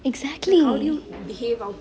exactly